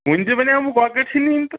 وُنۍ تہِ ونیٛاومو کۄکٕر چھِ نِنۍ تہٕ